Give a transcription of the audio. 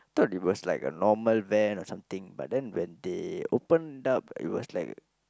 I thought it was like a normal van or something but then when they open up it was like